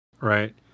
right